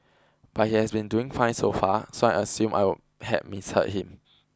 but he has been doing fine so far so I assumed I will had misheard him